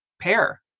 pair